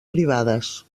privades